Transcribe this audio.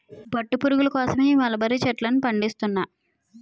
పట్టు పురుగుల కోసమే ఈ మలబరీ చెట్లను పండిస్తున్నా